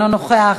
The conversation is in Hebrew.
אינו נוכח,